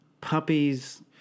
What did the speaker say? puppies